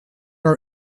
our